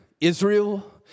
Israel